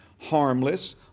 harmless